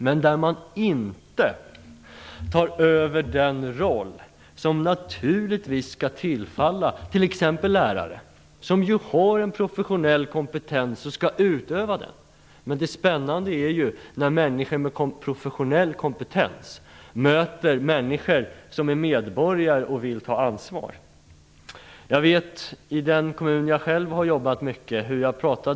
Men de skall inte ta över den roll som naturligtvis skall tillfalla t.ex. lärare. De har en professionell kompetens och skall utöva den. Det spännande är ju när människor med professionell kompetens möter medborgare som vill ta ansvar. Jag har själv jobbat mycket i en kommun.